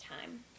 time